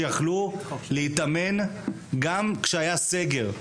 שיכלו להתאמן גם כשהיה סגר,